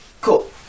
cool